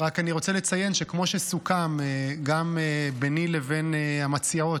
רק רוצה לציין שכמו שסוכם גם ביני לבין המציעות,